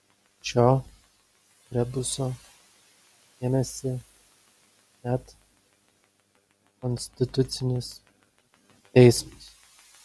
šio rebuso ėmėsi net konstitucinis teismas